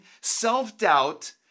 self-doubt